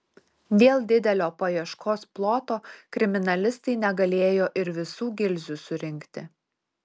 dėl didelio paieškos ploto kriminalistai negalėjo ir visų gilzių surinkti